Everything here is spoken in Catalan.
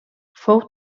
fou